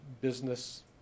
business